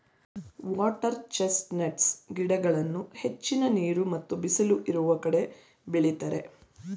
water chestnuts ಗಿಡಗಳನ್ನು ಹೆಚ್ಚಿನ ನೀರು ಮತ್ತು ಬಿಸಿಲು ಇರುವ ಕಡೆ ಬೆಳಿತರೆ